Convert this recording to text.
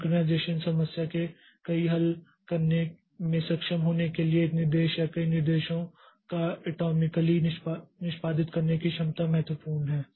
synchronisation समस्या के कई हल करने में सक्षम होने के लिए एक निर्देश या कई निर्देशों को एटॉमिकली निष्पादित करने की क्षमता महत्वपूर्ण है